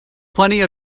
plenty